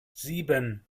sieben